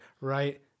right